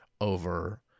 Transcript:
over